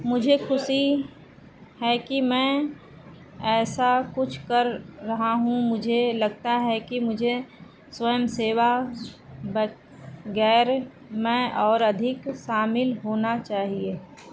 मुझे ख़ुशी है कि मैं ऐसा कुछ कर रहा हूँ मुझे लगता है कि मुझे स्वयंसेवा बगैर मैं और अधिक शामिल होना चाहिए